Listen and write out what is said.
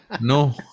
no